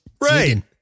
right